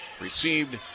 Received